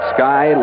Sky